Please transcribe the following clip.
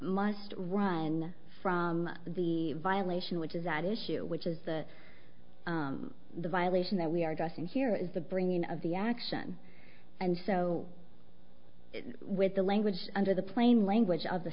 must run from the violation which is at issue which is that the violation that we are addressing here is the bringing of the action and so with the language under the plain language of the